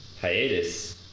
hiatus